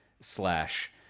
Slash